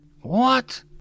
What